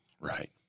Right